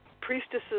priestesses